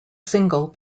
single